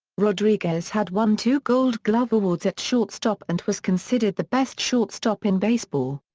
rodriguez had won two gold glove awards at shortstop and was considered the best shortstop in baseball.